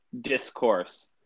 discourse